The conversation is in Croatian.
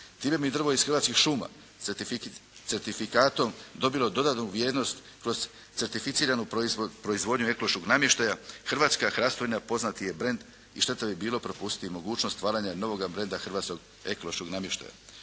Time bi drvo iz Hrvatskih šuma certifikatom dobilo dodatnu vrijednost kroz certificiranu proizvodnju ekološkog namještaja. Hrvatska hrastovina poznati je brend i šteta bi bilo propustiti mogućnost stvaranja novoga brenda hrvatskog ekološkog namještaja.